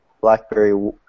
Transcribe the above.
BlackBerry